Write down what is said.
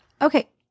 Okay